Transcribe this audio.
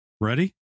ready